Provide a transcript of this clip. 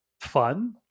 fun